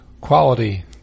quality